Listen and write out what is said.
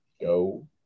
go